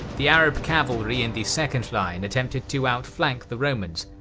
the arab cavalry in the second line attempted to outflank the romans,